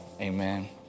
Amen